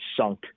sunk